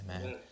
Amen